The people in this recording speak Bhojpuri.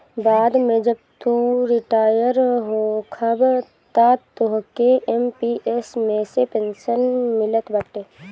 बाद में जब तू रिटायर होखबअ तअ तोहके एम.पी.एस मे से पेंशन मिलत बाटे